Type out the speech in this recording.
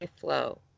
flow